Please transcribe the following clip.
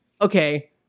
okay